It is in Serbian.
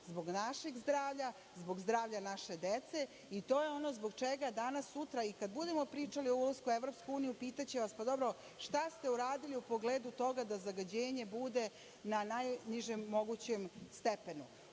zbog našeg zdravlja, zbog zdravlja naše dece i to je ono zbog čega danas-sutra i kada budemo pričali o ulasku u Evropsku uniju pitaće nas – pa dobro, šta ste uradili u pogledu toga da zagađenje bude na najnižem mogućem stepenu?